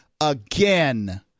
again